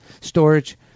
storage